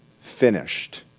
finished